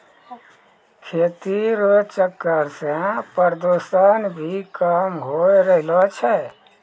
खेती रो चक्कर से प्रदूषण भी कम होय रहलो छै